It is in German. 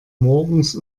morgens